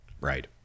Right